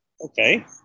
Okay